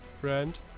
friend